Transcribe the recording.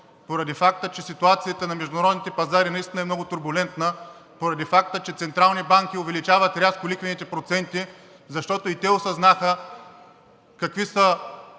поради факта, че ситуацията на международните пазари наистина е много турбулентна, поради факта, че централни банки увеличават рязко лихвените проценти, защото и те осъзнаха какви са